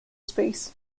space